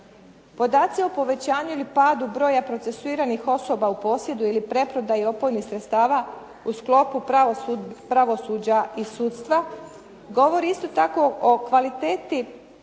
Podaci o povećanju ili padu broja procesuiranih osoba u posjedu ili preprodaji opojnih sredstava u sklopu pravosuđa i sudstva govori isto tako o kvaliteti